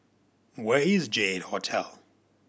where is J Eight Hotel